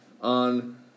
on